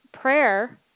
prayer